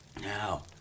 Now